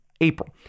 April